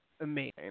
amazing